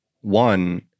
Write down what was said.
one